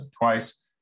twice